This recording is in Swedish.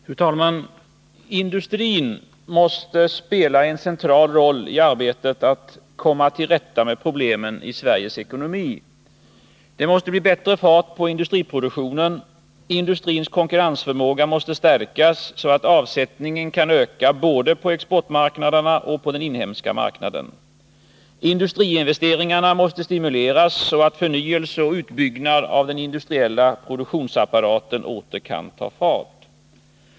Fru talman! Industrin måste spela en central roll i arbetet för att komma till rätta med problemen i Sveriges ekonomi. Det måste bli bättre fart på industriproduktionen. Industrins konkurrensförmåga måste stärkas så att avsättningen kan öka både på exportmarknaderna och på den inhemska marknaden. Industriinvesteringarna måste stimuleras så att förnyelse och utbyggnad av den industriella produktionsapparaten åter kan ta fart.